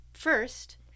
First